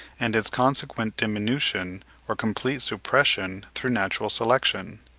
and its consequent diminution or complete suppression through natural selection.